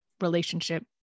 relationship